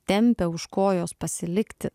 tempia už kojos pasilikti